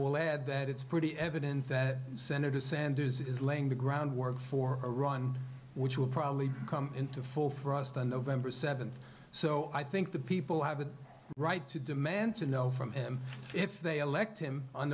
will add that it's pretty evident that senator sanders is laying the groundwork for a run which will probably come into full thrust on november seventh so i think the people have a right to demand to know from him if they elect him on